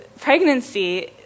pregnancy